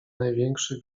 największy